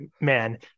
man